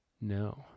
no